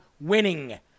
winning